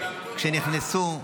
כשנכנסו.